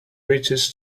riches